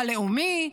הלאומי.